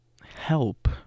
help